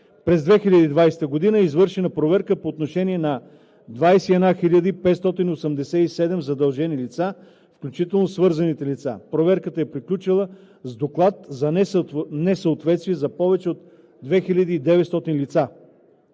През 2020 г. е извършена проверка по отношение на 21 587 задължени лица, включително свързаните лица. Проверката е приключила с Доклад за несъответствие за повече от 2900 лица.